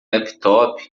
laptop